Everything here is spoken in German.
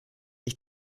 ich